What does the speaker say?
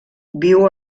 viu